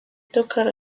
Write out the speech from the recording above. tocar